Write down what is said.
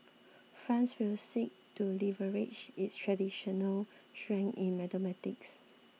France will seek to leverage its traditional strength in mathematics